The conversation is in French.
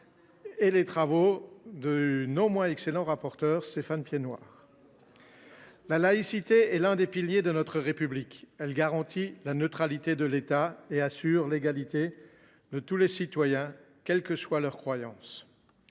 que celui, non moins excellent, de notre rapporteur Stéphane Piednoir. La laïcité est l’un des piliers de notre République. Elle garantit la neutralité de l’État et assure l’égalité de tous les citoyens, quelles que soient leurs croyances.